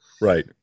right